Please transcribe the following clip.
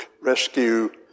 rescue